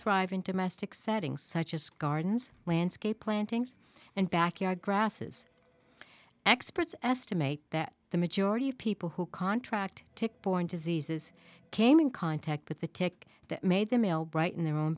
thrive in domestic setting such as gardens landscape plantings and backyard grasses experts estimate that the majority of people who contract tick borne diseases came in contact with the tick that made them male bright in their own